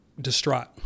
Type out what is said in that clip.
distraught